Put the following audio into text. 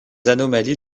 anomalies